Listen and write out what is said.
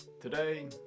today